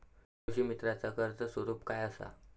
कृषीमित्राच कर्ज स्वरूप काय असा?